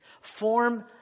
form